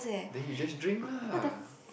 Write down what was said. then you just drink lah